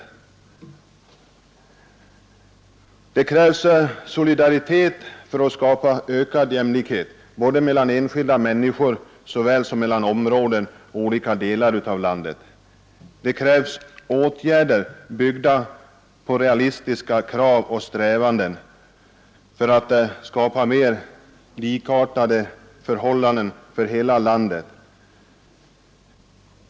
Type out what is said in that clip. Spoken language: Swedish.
Det kr solidaritet för att skapa ökad jämlikhet såväl mellan enskilda människor som mellan olika delar av landet. Det krävs åtgärder byggda på realistiska krav och strävanden för att skapa mer likartade förhållanden för hela landet.